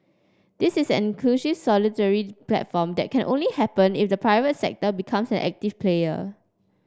this is an inclusive solidarity platform that can only happen if the private sector becomes an active player